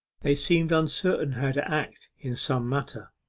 they seemed uncertain how to act in some matter.